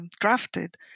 drafted